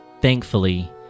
Thankfully